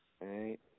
Right